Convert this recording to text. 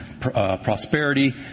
prosperity